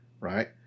right